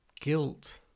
guilt